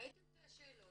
ראיתן את השאלות.